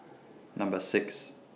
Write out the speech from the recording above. Number six